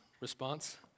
response